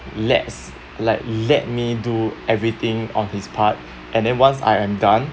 let's like let me do everything on his part and then once I am done